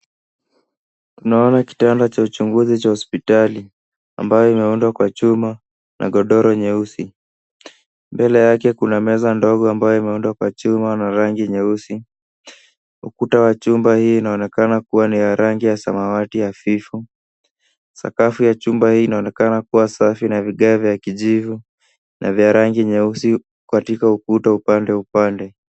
Tunaona kitanda cha uchunguzi cha hospitali ambayo imeundwa kwa chuma na godoro nyeusi. Mbele yake kuna meza ndogo ambayo imeundwa kwa chuma na rangi nyeusi. Ukuta wa chumba hii inaonekana kuwa ni ya rangi ya samawati hafifu. Sakafu ya chumba hii inaonekana kuwa safi na vigae vya kijivu na vya rangi nyeusi katika ukuta upande upande.